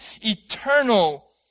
eternal